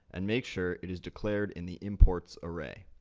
and make sure it is declared in the imports array.